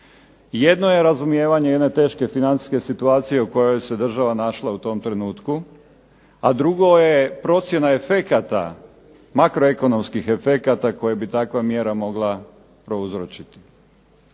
Jedno je razumijevanje jedne teške financije situacije u kojoj se država našla u tom trenutku, a drugo je procjena efekata, makroekonomskih efekata koje bi takva mjera mogla prouzročiti.